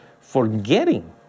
forgetting